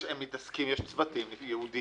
הם מתעסקים, יש צוותים ייעודיים.